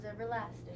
everlasting